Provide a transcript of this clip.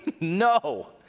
no